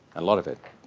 a lot of it,